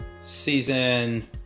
season